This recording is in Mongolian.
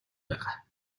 байгаа